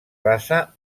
basa